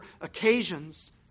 occasions